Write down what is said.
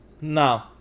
no